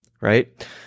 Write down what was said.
right